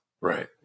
right